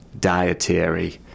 dietary